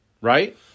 Right